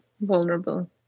vulnerable